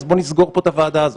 בוא נסגור את הוועדה הזאת,